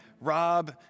rob